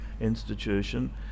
institution